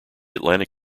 atlantic